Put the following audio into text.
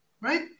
right